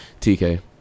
TK